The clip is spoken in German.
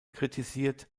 kritisiert